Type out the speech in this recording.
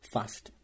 Fast